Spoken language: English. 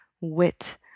wit